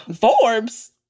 Forbes